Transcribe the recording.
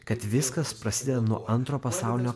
kad viskas prasideda nuo antro pasaulinio